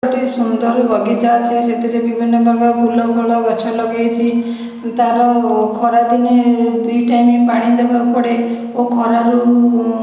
ଗୋଟିଏ ସୁନ୍ଦର ବଗିଚା ଅଛି ସେଥିରେ ବିଭିନ୍ନ ପ୍ରକାର ଫୁଲ ଫଳ ଗଛ ଲଗାଇଛି ତା'ର ଖରା ଦିନେ ଦୁଇ ଟାଇମ ପାଣି ଦେବାକୁ ପଡ଼େ ଓ ଖରାରୁ